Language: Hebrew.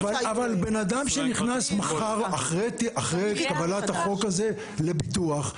אבל בן אדם שנכנס מחר אחרי קבלת החוק הזה לביטוח,